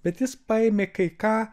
bet jis paėmė kai ką